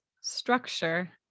structure